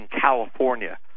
California